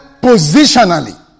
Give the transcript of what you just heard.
positionally